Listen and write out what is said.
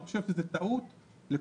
אני חושב שזאת טעות לכולם.